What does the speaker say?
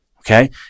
Okay